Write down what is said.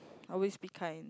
always be kind